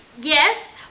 Yes